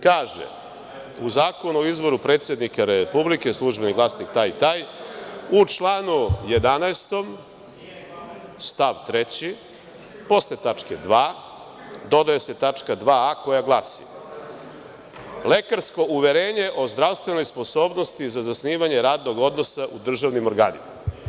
Kaže u Zakonu o izboru predsednika Republike, „Službeni glasnik“ taj i taj, u članu 11. stav 3, posle tačke 2) dodaje se tačka 2a) koja glasi - lekarsko uverenje o zdravstvenoj sposobnosti za zasnivanje radnog odnosa u državnim organima.